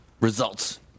results